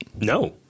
No